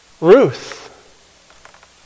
Ruth